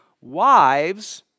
Wives